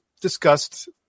discussed